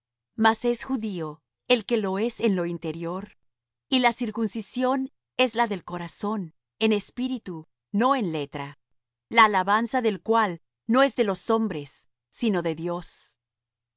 mas es judío el que lo es en lo interior y la circuncisión es la del corazón en espíritu no en letra la alabanza del cual no es de los hombres sino de dios qué